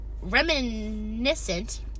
Reminiscent